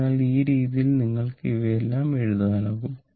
അതിനാൽ ഈ രീതിയിൽ നിങ്ങൾക്ക് ഇവയെല്ലാം എഴുതാനാകും